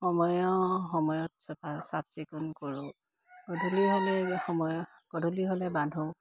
সময় সময়ত চফা চাফ চিকুণ কৰোঁ গধূলি হ'লেই সময় গধূলি হ'লে বান্ধো